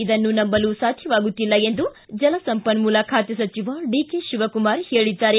ಇದನ್ನು ನಂಬಲು ಸಾಧ್ಣವಾಗುತ್ತಿಲ್ಲ ಎಂದು ಜಲಸಂಪನ್ನೂಲ ಖಾತೆ ಸಚಿವ ಡಿಕೆ ಶಿವಕುಮಾರ್ ಹೇಳಿದ್ದಾರೆ